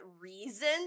reason